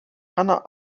hannah